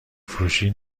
فروشی